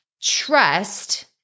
trust